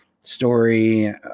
story